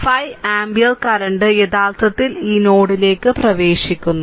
5 ampere current യഥാർത്ഥത്തിൽ ഈ നോഡിലേക്ക് പ്രവേശിക്കുന്നു